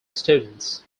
students